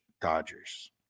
Dodgers